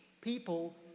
people